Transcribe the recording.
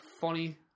funny